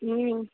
હમ